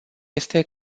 este